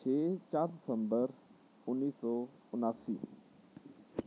ਛੇ ਚਾਰ ਦਸੰਬਰ ਉੱਨੀ ਸੌ ਉਨਾਸੀ